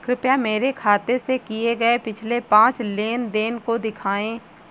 कृपया मेरे खाते से किए गये पिछले पांच लेन देन को दिखाएं